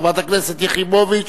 חברת הכנסת יחימוביץ,